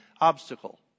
obstacle